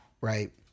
right